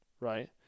Right